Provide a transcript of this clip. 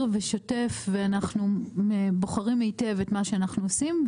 ושוטף ואנחנו בוחרים היטב את מה שאנחנו עושים,